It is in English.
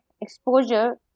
exposure